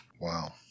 wow